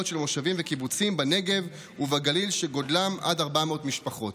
של מושבים וקיבוצים בנגב ובגליל שגודלם עד 400 משפחות.